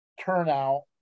turnout